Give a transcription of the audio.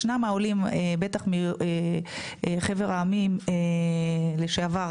ישנם העולים בטח מחבר העמים לשעבר,